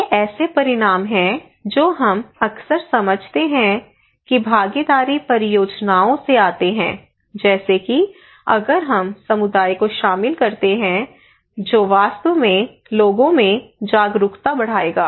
ये ऐसे परिणाम हैं जो हम अक्सर समझते हैं कि भागीदारी परियोजनाओं से आते है जैसे कि अगर हम समुदाय को शामिल करते हैं जो वास्तव में लोगों में जागरूकता बढ़ाएगा